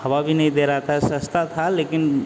हवा भी नहीं दे रहा था सस्ता था लेकिन